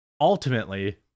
ultimately